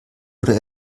oder